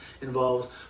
involves